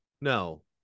No